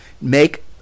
Make